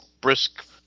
brisk